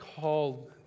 called